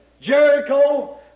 Jericho